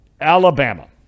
alabama